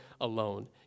alone